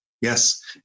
Yes